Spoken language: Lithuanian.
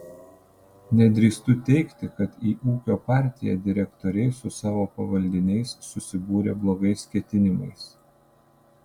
nedrįstu teigti kad į ūkio partiją direktoriai su savo pavaldiniais susibūrė blogais ketinimais